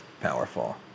powerful